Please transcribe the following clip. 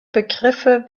begriffe